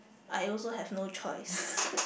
I also have no choice